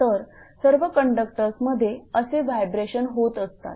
तर सर्व कंडक्टर्स मध्ये असे व्हायब्रेशन होत असतात